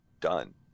done